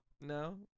No